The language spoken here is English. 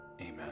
Amen